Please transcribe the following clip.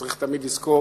צריך תמיד לזכור,